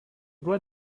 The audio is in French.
loi